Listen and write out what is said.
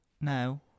no